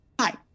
Hi